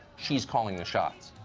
she's calling the shots.